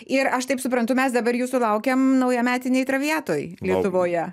ir aš taip suprantu mes dabar jūsų laukiam naujametinėj traviatoj lietuvoje